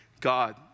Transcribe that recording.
God